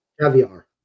Caviar